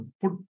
put